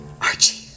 Archie